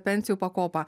pensijų pakopa